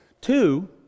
Two